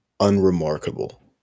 unremarkable